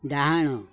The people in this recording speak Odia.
ଡ଼ାହାଣ